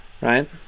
Right